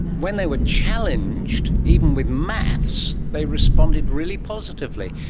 when they were challenged, even with maths, they responded really positively.